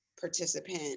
participant